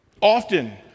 Often